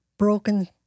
broken